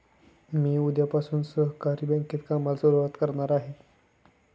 मी उद्यापासून सहकारी बँकेत कामाला सुरुवात करणार आहे